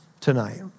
tonight